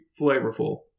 flavorful